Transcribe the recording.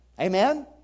Amen